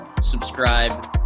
subscribe